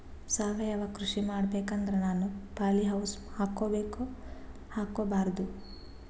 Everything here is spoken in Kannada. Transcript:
ಸಾವಯವ ಕೃಷಿ ಮಾಡಬೇಕು ಅಂದ್ರ ನಾನು ಪಾಲಿಹೌಸ್ ಹಾಕೋಬೇಕೊ ಹಾಕ್ಕೋಬಾರ್ದು?